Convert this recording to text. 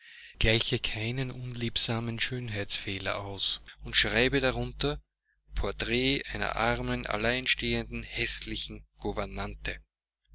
gleiche keinen unliebsamen schönheitsfehler aus und schreib darunter porträt einer armen alleinstehenden häßlichen gouvernante